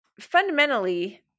fundamentally